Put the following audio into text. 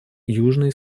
южный